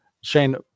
Shane